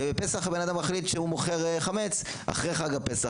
ובפסח הבן אדם מחליט שהוא מוכר חמץ אחרי חג הפסח.